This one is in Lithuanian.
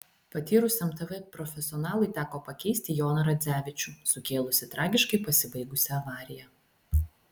patyrusiam tv profesionalui teko pakeisti joną radzevičių sukėlusį tragiškai pasibaigusią avariją